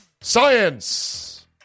science